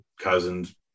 Cousins